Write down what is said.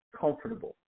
comfortable